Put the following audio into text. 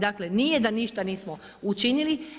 Dakle, nije da ništa nismo učinili.